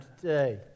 today